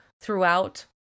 throughout